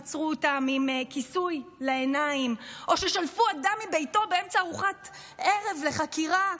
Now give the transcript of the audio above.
עצרו אותם עם כיסוי לעיניים או שלפו אדם מביתו באמצע ארוחת ערב לחקירה,